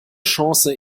chance